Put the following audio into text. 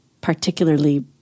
particularly